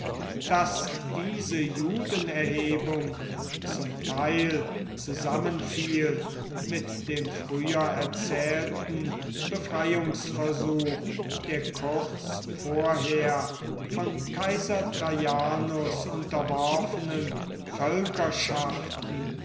daß diese judenerhebung zum teil zusammenfiel mit dem früher erzählten befreiungsversuch der kurz vorher von kaiser traianus unterworfenen